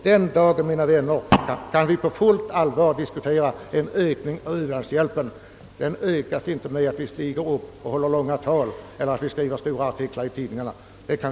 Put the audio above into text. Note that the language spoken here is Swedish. Den dag vi lyckas därmed kan vi, mina vänner, på fullt allvar diskutera en ökning av u-hjälpen. Ökningen åstadkommes emellertid inte genom att man håller långa tal eller skriver stora tidningsartiklar.